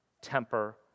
temper